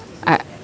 I